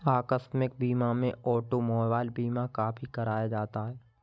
आकस्मिक बीमा में ऑटोमोबाइल बीमा काफी कराया जाता है